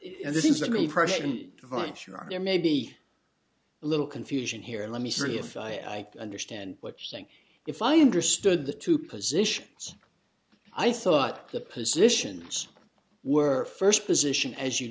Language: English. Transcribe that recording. are there may be a little confusion here let me see if i understand what you're saying if i understood the two positions i thought the positions were first position as you